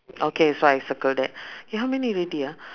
okay so I circle that eh how many already ah